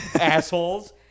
Assholes